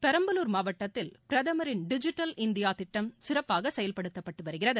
பெரம்பலூர் மாவட்டத்தில் பிரதமரின் digital India திட்டம் சிறப்பாக செயல்படுத்தப்பட்டு வருகிறது